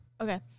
Okay